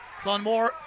Clonmore